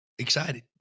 excited